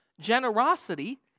Generosity